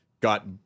Got